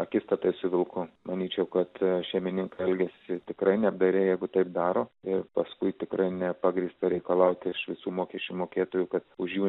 akistatoje su vilku pamindžikuoti šeimininko elgesio tikrai nebereikia jeigu taip daro ir paskui tikrai nepagrįsta reikalauti iš visų mokesčių mokėtojų kad už jų